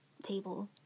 Table